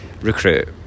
recruit